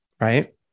right